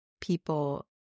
people